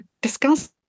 discuss